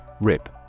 RIP